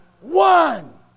one